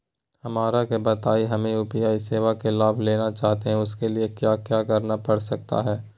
हमरा के बताइए हमें यू.पी.आई सेवा का लाभ लेना चाहते हैं उसके लिए क्या क्या करना पड़ सकता है?